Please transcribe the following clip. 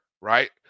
Right